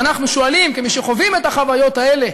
ואנחנו שואלים, כמי שחווים את החוויות האלה,